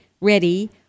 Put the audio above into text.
ready